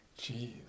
Jeez